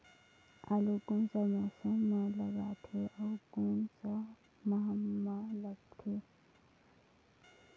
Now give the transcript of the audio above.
आलू कोन सा मौसम मां लगथे अउ कोन सा माह मां लगथे?